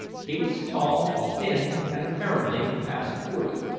he was tall, thin, and apparently past forty,